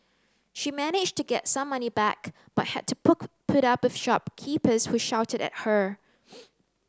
she managed to get some money back but had to put up with shopkeepers who shouted at her